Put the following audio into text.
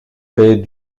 fait